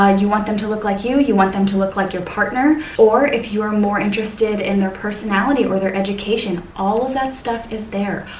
and you want them to look like you, you want them to look like your partner, or if you are more interested in their personality or their education, all of that stuff is there,